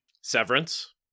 Severance